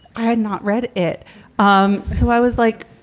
i had not read it um so i was like,